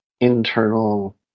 internal